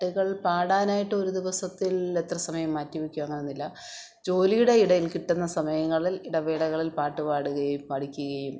ട്ടുകൾ പാടാനായിട്ട് ഒരു ദിവസത്തിൽ എത്രസമയം മാറ്റിവെക്കും അങ്ങനൊന്നില്ല ജോലിയുടെ ഇടയിൽ കിട്ടുന്ന സമയങ്ങളിൽ ഇടവേളകളിൽ പാട്ട് പാടുകയും പഠിക്കുകയും